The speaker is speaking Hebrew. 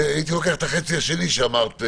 והייתי לוקח את החצי השני שאמרת,